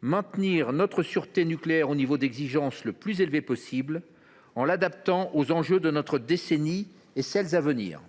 maintenir notre sûreté nucléaire au niveau d’exigence le plus élevé possible en l’adaptant aux enjeux de notre décennie et des décennies à venir.